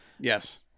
yes